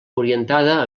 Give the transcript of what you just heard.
orientada